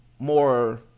more